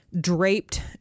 draped